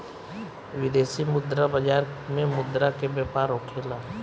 विदेशी मुद्रा बाजार में मुद्रा के व्यापार होखेला